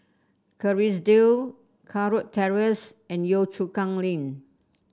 Kerrisdale Kurau Terrace and Yio Chu Kang Link